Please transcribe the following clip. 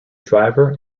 driver